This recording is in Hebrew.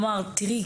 אמר: "תראי,